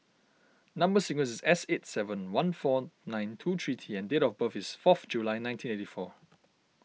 Number Sequence is S eight seven one four nine two three T and date of birth is four of July nineteen eighty four